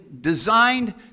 designed